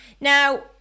Now